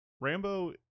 Rambo